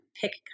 pick